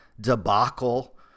debacle